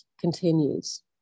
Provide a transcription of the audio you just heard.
continues